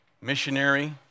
Missionary